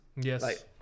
Yes